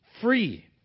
free